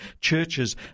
churches